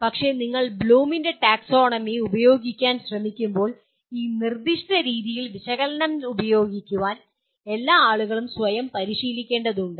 പക്ഷേ നിങ്ങൾ ബ്ലൂമിന്റെ ടാക്സോണമി ഉപയോഗിക്കാൻ ശ്രമിക്കുമ്പോൾ ഈ നിർദ്ദിഷ്ട രീതിയിൽ വിശകലനം ഉപയോഗിക്കാൻ എല്ലാ ആളുകളും സ്വയം പരിശീലിക്കേണ്ടതുണ്ട്